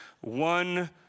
one